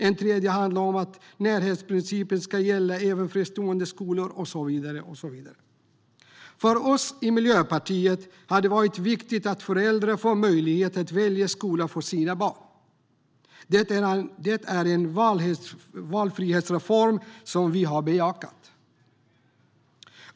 En tredje motion handlar om att närhetsprincipen ska gälla även fristående skolor och så vidare. För oss i Miljöpartiet har det varit viktigt att föräldrar får möjlighet att välja skola för sina barn. Det är en valfrihetsreform som vi har bejakat.